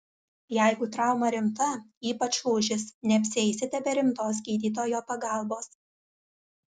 jeigu trauma rimta ypač lūžis neapsieisite be rimtos gydytojo pagalbos